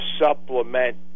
supplement